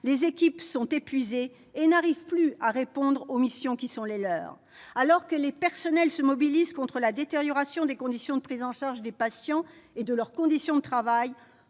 les équipes sont épuisées et n'arrivent plus à répondre aux missions qui sont les leurs. Alors que les personnels se mobilisent contre la détérioration des conditions de prise en charge des patients et de leurs conditions de travail,